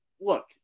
look